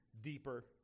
deeper